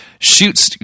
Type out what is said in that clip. shoots